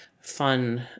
fun